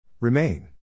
Remain